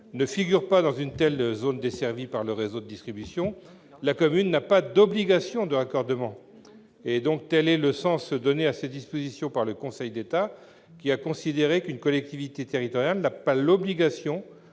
ne figure pas dans une telle zone desservie par le réseau distribution, la commune n'a pas d'obligation de raccordement. Tel est le sens donné à ces dispositions par le Conseil d'État, qui a considéré qu'une collectivité territoriale n'a pas l'obligation